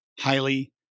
highly